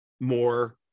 more